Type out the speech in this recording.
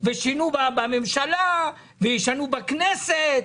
שינו בממשלה וישנו בכנסת.